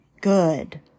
good